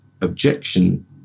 objection